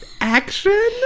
Action